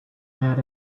had